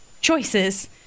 choices